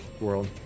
world